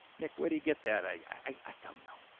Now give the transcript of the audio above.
nick where do you get that? i i don't know.